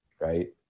right